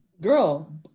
Girl